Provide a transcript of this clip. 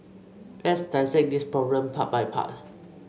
let's dissect this problem part by part